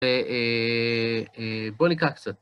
אה... אה... אה... בוא ניקרא קצת.